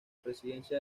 presidencia